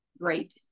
great